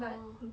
oh